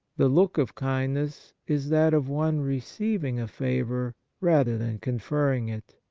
the look of kindness is that of one receiving a favour rather than conferring it.